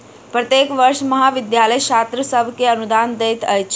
प्रत्येक वर्ष महाविद्यालय छात्र सभ के अनुदान दैत अछि